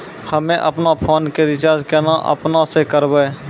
हम्मे आपनौ फोन के रीचार्ज केना आपनौ से करवै?